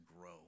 grow